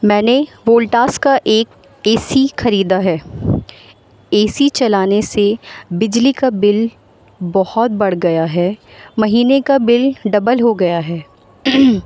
میں نے وولٹاس کا ایک اے سی خریدا ہے اے سی چلانے سے بجلی کا بل بہت بڑھ گیا ہے مہینے کا بل ڈبل ہو گیا ہے